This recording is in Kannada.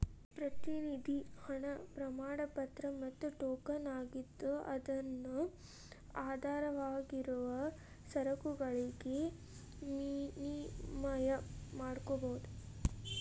ಪ್ರತಿನಿಧಿ ಹಣ ಪ್ರಮಾಣಪತ್ರ ಮತ್ತ ಟೋಕನ್ ಆಗಿದ್ದು ಅದನ್ನು ಆಧಾರವಾಗಿರುವ ಸರಕುಗಳಿಗೆ ವಿನಿಮಯ ಮಾಡಕೋಬೋದು